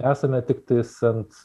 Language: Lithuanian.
esame tiktais ant